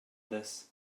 this